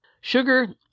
Sugar